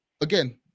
again